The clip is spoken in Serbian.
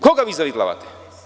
Koga vi zavitlavate?